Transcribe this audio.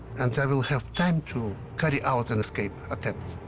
and i will have time to carry out an escape attempt.